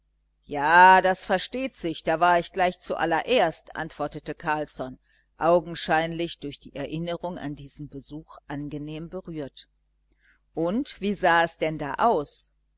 ja das versteht sich da war ich gleich zuallererst antwortete carlsson augenscheinlich durch die erinnerung an diesen besuch angenehm berührt nun und wie sah es denn da aus